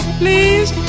please